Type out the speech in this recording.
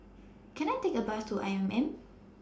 Can I Take A Bus to I M M